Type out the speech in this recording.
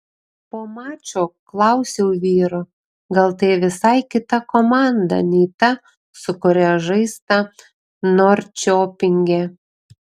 po mačo klausiau vyrų gal tai visai kita komanda nei ta su kuria žaista norčiopinge